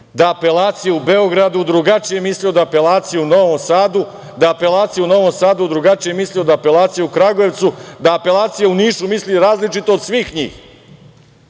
da apelacije u Beogradu drugačije misle od apelacije u Novom Sadu, da apelacije u Novom Sadu drugačije misle od apelacije u Kragujevcu, da apelacije u Nišu misli različito od svih njih,